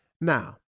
Now